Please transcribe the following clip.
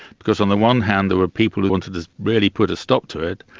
because on the one hand there were people who wanted to really put a stop to it,